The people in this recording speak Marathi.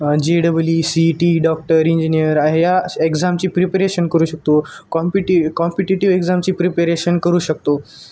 जे double E C E T doctor engineer या एक्झामची प्रिपेरेशन करू शकतो कॉम्पिटि कॉम्पिटिटिव एक्झामची प्रिपेरेशन करू शकतो